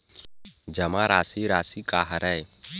जमा राशि राशि का हरय?